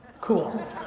Cool